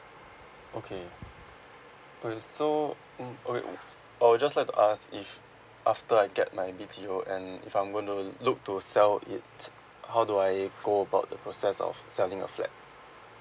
okay okay so mm okay I'll just like to ask if after I get my B_T_O and if I'm going to look to sell it how do I go about the process of selling a flat